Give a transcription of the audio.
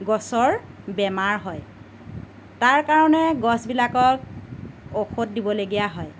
গছৰ বেমাৰ হয় তাৰ কাৰণে গছবিলাকত ঔষধ দিবলগীয়া হয়